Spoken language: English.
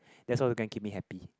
that's all the gang keep me happy